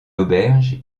auberge